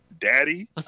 Daddy